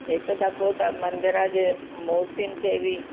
हिक दफ़ो त मंदर जे मूर्तियुनि खे बि